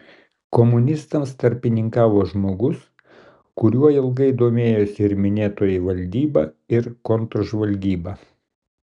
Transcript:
komunistams tarpininkavo žmogus kuriuo ilgai domėjosi ir minėtoji valdyba ir kontržvalgyba